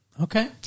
Okay